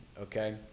okay